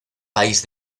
país